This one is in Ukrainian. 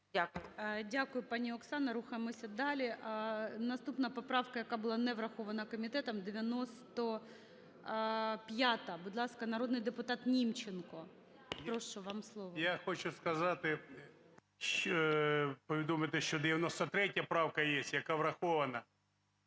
Дякую, пані Оксана. Рухаємося далі. Наступна поправка, яка була не врахована комітетом, 95-а. Будь ласка, народний депутат Німченко. Прошу, вам слово. 17:35:12 НІМЧЕНКО В.І. Я хочу сказати, повідомити, що 93 правка єсть, яка врахована.